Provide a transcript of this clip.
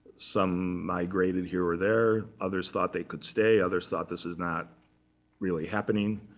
some migrated here or there. others thought they could stay. others thought this is not really happening.